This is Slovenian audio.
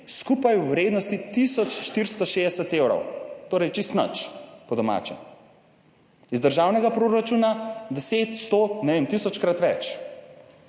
skupaj v vrednosti tisoč 460 evrov, torej čisto nič po domače. Iz državnega proračuna 10 100 ne vem tisočkrat več.